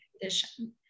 condition